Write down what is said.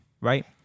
right